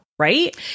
right